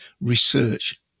research